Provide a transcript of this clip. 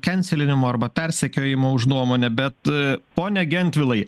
kenselinimo arba persekiojimo už nuomonę bet pone gentvilai